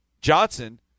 Johnson